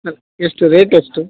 ಹಾಂ ಎಷ್ಟು ರೇಟ್ ಎಷ್ಟು